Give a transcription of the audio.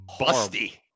busty